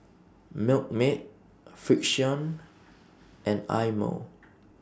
Milkmaid Frixion and Eye Mo